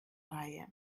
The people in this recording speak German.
reihe